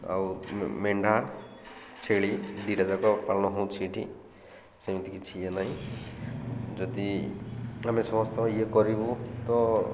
ଆଉ ମେଣ୍ଢା ଛେଳି ଦୁଇଟା ଯାକ ପାଳନ ହେଉଛିି ଏଠି ସେମିତି କିଛି ଇଏ ନାହିଁ ଯଦି ଆମେ ସମସ୍ତ ଇଏ କରିବୁ ତ